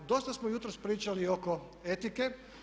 A dosta smo jutros pričali oko etike.